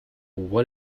what